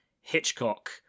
Hitchcock